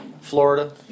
Florida